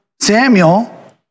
Samuel